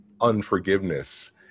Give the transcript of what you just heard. unforgiveness